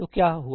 तो क्या हुआ